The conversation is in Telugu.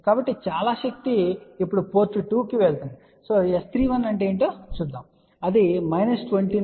కాబట్టి చాలా శక్తి ఇప్పుడు పోర్ట్ 2 కి వెళుతుంది S31 అంటే ఏమిటో చూద్దాం అది మైనస్ 29